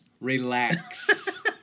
relax